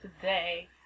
today